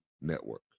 Network